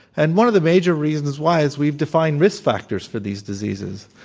and one of the major reasons why is we've defined risk factors for these diseases.